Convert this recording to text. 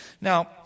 Now